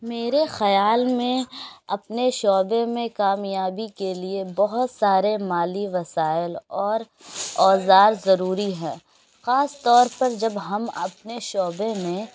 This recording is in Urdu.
میرے خیال میں اپنے شعبے میں کامیابی کے لیے بہت سارے مالی وسائل اور اوزار ضروری ہیں خاص طور پر جب ہم اپنے شعبے میں